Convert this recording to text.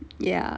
ya